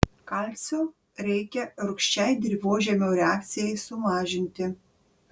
kalcio reikia rūgščiai dirvožemio reakcijai sumažinti